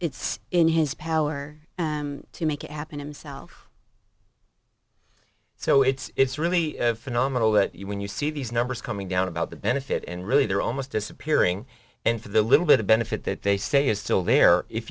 was in his power to make it happen i'm self so it's really phenomenal that you when you see these numbers coming down about the benefit and really they're almost disappearing into the little bit of benefit that they say is still there if